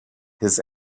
his